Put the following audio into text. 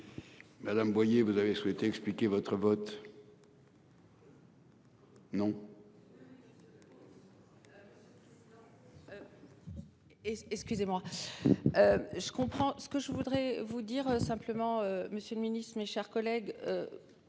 Madame voyez vous avez souhaité expliquer votre vote. Et